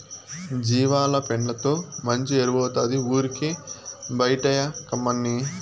జీవాల పెండతో మంచి ఎరువౌతాది ఊరికే బైటేయకమ్మన్నీ